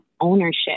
ownership